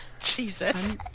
Jesus